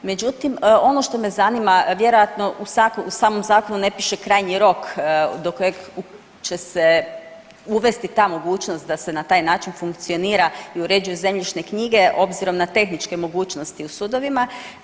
Međutim, ono što me zanima, vjerojatno u samom Zakonu ne piše krajnji rok do kojeg će se uvesti ta mogućnost da se na taj način funkcionira i uređuju zemljišne knjige obzirom na tehničke mogućnosti u sudovima.